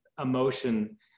emotion